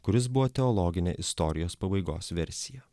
kuris buvo teologinė istorijos pabaigos versija